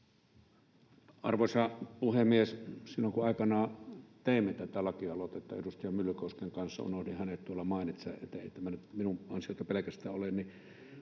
Arvoisa puhemies! Silloin, kun aikanaan teimme tätä laki-aloitetta edustaja Myllykosken kanssa — unohdin hänet tuolla mainita, eihän tämä nyt minun ansiotani pelkästään ole —